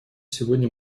сегодня